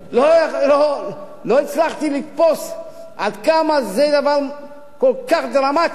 לא הצלחתי לתפוס עד כמה זה דבר כל כך דרמטי,